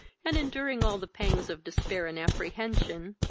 and enduring all the pangs of despair and apprehension,